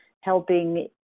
helping